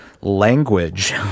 language